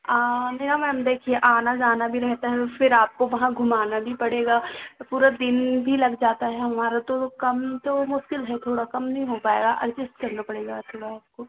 अ य मैम देखिये आना जाना भी रहता है फिर आपको वहां घुमाना भी पड़ेगा पूरा दिन भी लग जाता है हमारा तो कम तो मुश्किल है थोड़ा कम नहीं हो पाएगा एडजस्ट करना पड़ेगा थोड़ा आपको